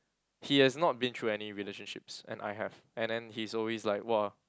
he has not been through any relationships and I have and then he's always like !wah!